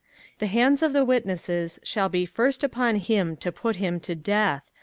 the hands of the witnesses shall be first upon him to put him to death,